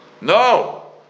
No